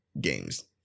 games